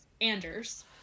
Anders